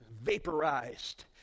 vaporized